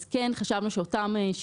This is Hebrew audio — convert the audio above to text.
לא כולם יודעים לעשות את זה.